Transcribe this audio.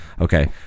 Okay